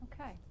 Okay